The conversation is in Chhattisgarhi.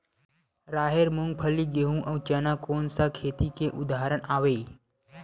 राहेर, मूंगफली, गेहूं, अउ चना कोन सा खेती के उदाहरण आवे?